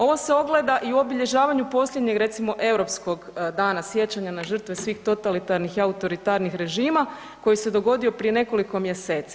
Ovo se ogleda i u obilježavanju posljednjeg recimo Europskog dana sjećanja na žrtve svih totalitarnih i autoritarnih režima koji se dogodio prije nekoliko mjeseci.